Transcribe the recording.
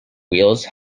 wheels